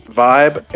vibe